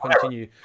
continue